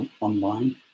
online